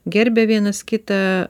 gerbia vienas kitą